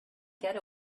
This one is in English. get